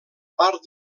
part